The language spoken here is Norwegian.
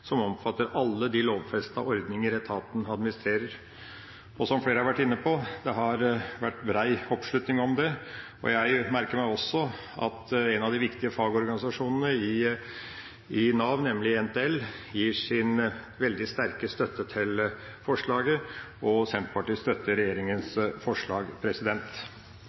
som omfatter alle de lovfestede ordninger etaten administrerer. Og som flere har vært inne på, har det vært bred oppslutning om det. Jeg merker meg også at en av de viktige fagorganisasjonene i Nav, nemlig NTL, gir sin veldig sterke støtte til forslaget. Senterpartiet støtter regjeringas forslag.